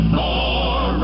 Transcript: more